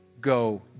go